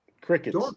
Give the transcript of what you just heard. Crickets